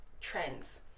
trends